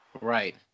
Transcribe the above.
right